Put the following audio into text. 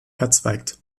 verzweigt